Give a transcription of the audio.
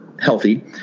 healthy